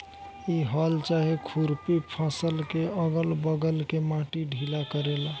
इ हल चाहे खुरपी फसल के अगल बगल के माटी ढीला करेला